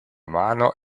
mano